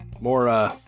More